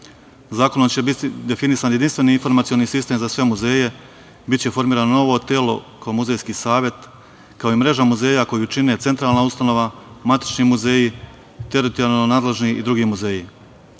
Zakonom će biti definisan jedinstveni informacioni sistem za sve muzeje, biće formirano novo telo kao muzejski savet, kao i mreža muzeja koju čine centralna ustanova, matični muzeji, teritorijalno nadležni i drugi